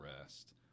rest